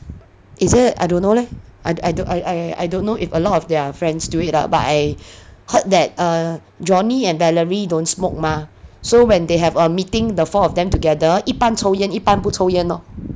is it I don't know leh I I don~ I I don't know if a lot of their friends do it lah but I heard that err johnny and valerie don't smoke mah so when they have a meeting the four of them together 一半抽烟一半不抽烟 orh